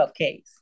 cupcakes